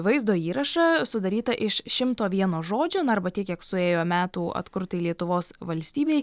vaizdo įrašą sudarytą iš šimto vieno žodžio arba tiek kiek suėjo metų atkurtai lietuvos valstybei